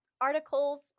articles